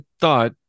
thought